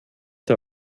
der